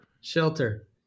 Shelter